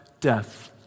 death